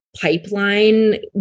pipeline